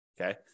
Okay